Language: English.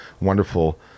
wonderful